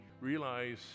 realize